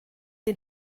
den